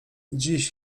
dziś